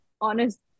honest